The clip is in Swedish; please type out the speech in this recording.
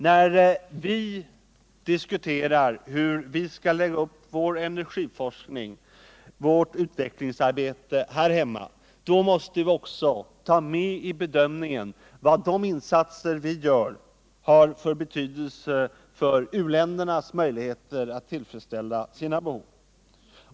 När vi diskuterar hur vi skall lägga upp vår energiforskning och vårt utvecklingsarbete här hemma måste vi också ta med i bedömningen vilken betydelse våra insatser har för uländernas möjligheter att tillfredsställa sina behov.